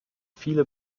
viele